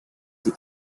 the